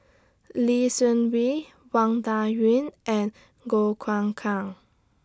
Lee Seng Wee Wang Dayuan and Goh Choon Kang